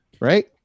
right